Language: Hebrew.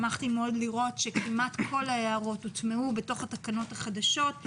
שמחתי מאוד לראות שכמעט כל ההערות הוטמעו בתוך התקנות החדשות.